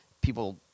People